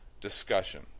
discussion